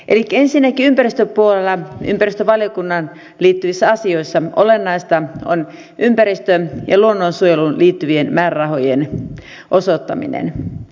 elikkä ensinnäkin ympäristöpuolella ympäristövaliokuntaan liittyvissä asioissa olennaista on ympäristöön ja luonnonsuojeluun liittyvien määrärahojen osoittaminen